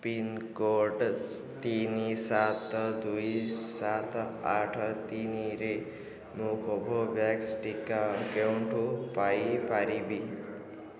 pincode ତିନି ସାତ ଦୁଇ ସାତ ଆଠ ତିନିରେ ମୁଁ କୋଭୋଭ୍ୟାକ୍ସ ଟିକା କେଉଁଠୁ ପାଇପାରିବି